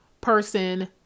person